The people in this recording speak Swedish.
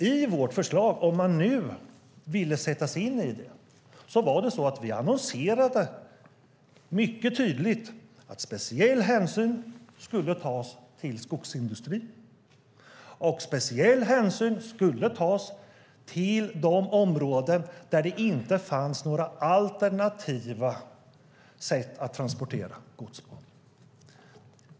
I vårt förslag, om man nu vill sätta sig in i det, aviserade vi mycket tydligt att speciell hänsyn skulle tas till skogsindustrin och till de områden där det inte finns några alternativa sätt att transportera gods.